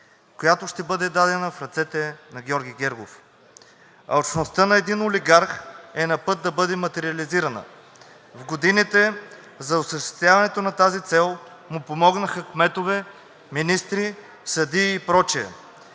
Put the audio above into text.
която ще бъде дадена в ръцете на Георги Гергов. Алчността на един олигарх е на път да бъде материализирана. В годините за осъществяването на тази цел му помогнаха кметове, министри, съдии и прочее,